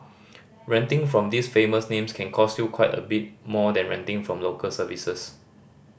renting from these famous names can cost you quite a bit more than renting from local services